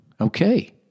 okay